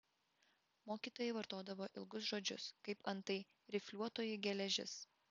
mokytojai vartodavo ilgus žodžius kaip antai rifliuotoji geležis